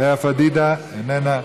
לאה פדידה, איננה,